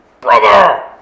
Brother